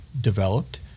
developed